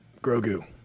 Grogu